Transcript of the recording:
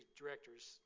directors